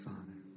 Father